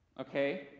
Okay